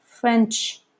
French